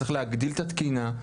צריך להגדיל את התקינה.